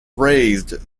raised